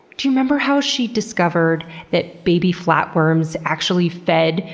do you remember how she discovered that baby flatworms actually fed,